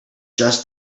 just